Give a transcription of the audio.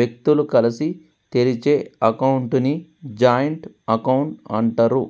వ్యక్తులు కలిసి తెరిచే అకౌంట్ ని జాయింట్ అకౌంట్ అంటరు